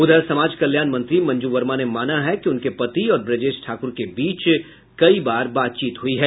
उधर समाज कल्याण मंत्री मंजू वर्मा ने माना है कि उनके पति और ब्रजेश ठाकुर के बीच कई बार बातचीत हुई है